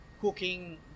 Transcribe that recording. cooking